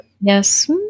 Yes